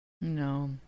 No